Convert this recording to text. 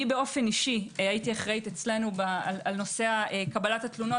אני אישית הייתי אחראית אצלנו על נושא קבלת התלונות